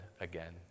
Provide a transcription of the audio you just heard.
again